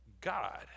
God